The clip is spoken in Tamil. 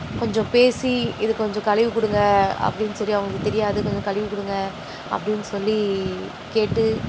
கொஞ்சம் பேசி இது கொஞ்சம் கழுவிக் கொடுங்க அப்படின் சொல்லி அவங்களுக்கு தெரியாது கொஞ்சம் கழுவிக் கொடுங்க அப்படின் சொல்லி கேட்டு